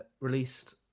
released